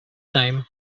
time